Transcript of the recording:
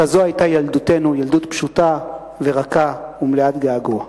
כזו היתה ילדותנו, ילדות פשוטה, רכה ומלאת געגוע.